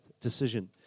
decision